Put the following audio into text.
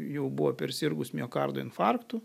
jau buvo persirgus miokardo infarktu